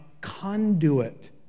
conduit